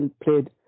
played